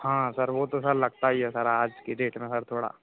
हाँ सर वह तो सर लगता ही है सर आज की डेट में हर थोड़ा